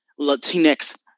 latinx